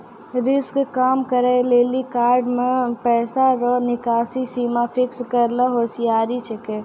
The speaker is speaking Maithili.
रिस्क कम करै लेली कार्ड से पैसा रो निकासी सीमा फिक्स करना होसियारि छिकै